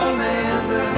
Amanda